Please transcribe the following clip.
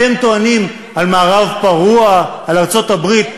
אתם טוענים על מערב פרוע, על ארצות-הברית.